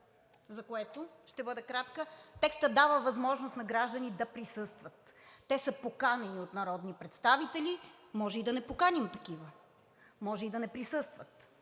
Докато в чл. 30 текстът дава възможност на граждани да присъстват. Те са поканени от народни представители. Може и да не поканим такива, може и да не присъстват.